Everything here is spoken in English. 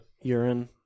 urine